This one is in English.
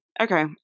Okay